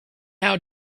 how